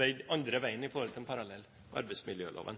veide andre veien i forhold til en parallell i arbeidsmiljøloven.